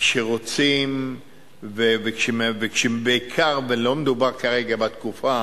כשרוצים, ולא מדובר כרגע בתקופה